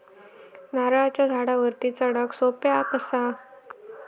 नारळाच्या झाडावरती चडाक सोप्या कसा?